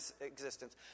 existence